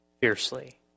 fiercely